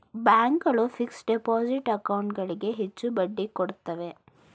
bank ಗಳು fixed deposit account ಗಳಿಗೆ ಹೆಚ್ಚು ಬಡ್ಡಿ ಕೊಡುತ್ತವೆ